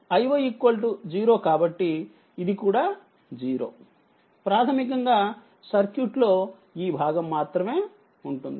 iy 0కాబట్టిఇది కూడా 0ప్రాథమికంగాసర్క్యూట్లో ఈ భాగంమాత్రమే ఉంటుంది